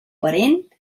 parent